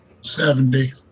seventy